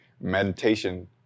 meditation